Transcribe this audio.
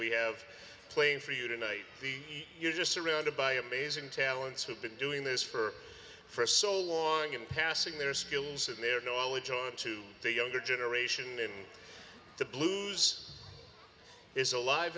we have playing for you tonight the you just surrounded by amazing talents who've been doing this for for so long and passing their skills and their know all the joy to the younger generation in the blues is alive